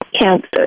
cancer